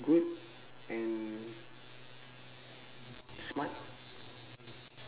good and smart